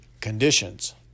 conditions